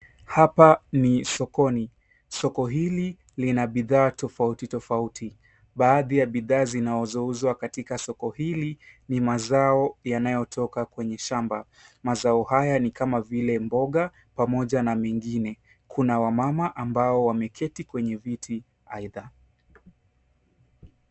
Hapa ni sokoni. Soko hili lina bidhaa tofauti tofauti. Baadhi ya bidhaa zinazouzwa katika soko hili ,ni mazao yanayotoka kwenye shamba. Mazao haya ni kama vile mboga, pamoja na mingine. Kuna wamama ambao wameketi kwenye viti aidha.